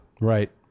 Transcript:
Right